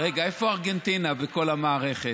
רגע, איפה ארגנטינה בכל המערכת?